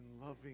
loving